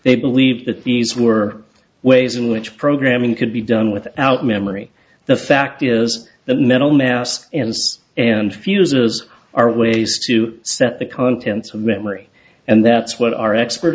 they believe that these were ways in which programming could be done without memory the fact is that mental mass and fuses are ways to set the contents of memory and that's what our expert